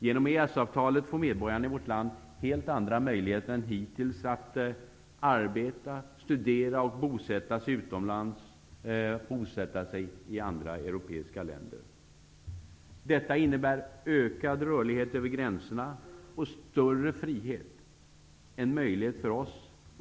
Genom EES-avtalet får medborgarna i vårt land helt andra möjligheter än hittills att arbeta, studera och bosätta sig i andra europeiska länder. Detta innebär ökad rörlighet över gränserna och större frihet -- en möjlighet för oss.